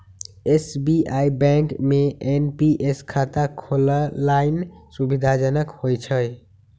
SBI bank में NPS खता खोलेनाइ सुविधाजनक होइ छइ